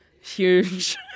huge